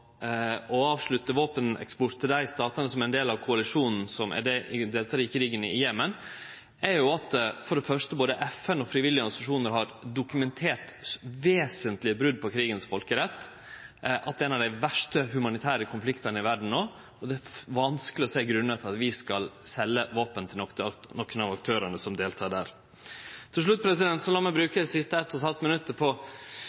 å avslutte våpeneksport til dei statane som er ein del av koalisjonen som deltek i krigen i Jemen, er at både FN og frivillige organisasjonar har dokumentert vesentlege brot på krigens folkerett, at det er ein av dei verste humanitære konfliktane i verda no, og at det er vanskeleg å sjå grunnar til at vi skal selje våpen til nokon av aktørane som deltek der. Til slutt, la meg